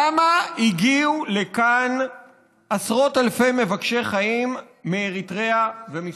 למה הגיעו לכאן עשרות אלפי מבקשי חיים מאריתריאה ומסודאן?